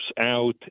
out